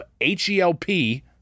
H-E-L-P